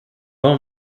one